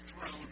throne